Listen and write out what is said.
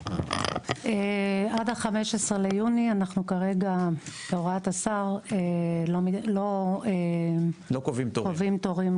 עד 15.6. כרגע בהוראת השר אנו לא קובעים תורים.